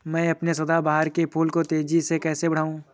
मैं अपने सदाबहार के फूल को तेजी से कैसे बढाऊं?